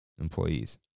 employees